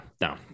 no